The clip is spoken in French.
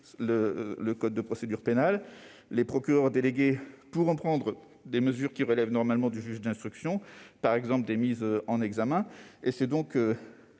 le code de procédure pénale : les procureurs délégués pourront prendre des mesures qui relèvent normalement du juge d'instruction, comme les mises en examen. En revanche,